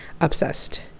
obsessed